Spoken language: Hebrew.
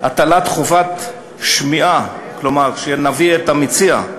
שהטלת חובת שמיעה, כלומר, שנביא את המציע,